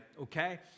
okay